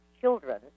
children